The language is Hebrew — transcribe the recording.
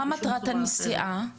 מה מטרת הנסיעה?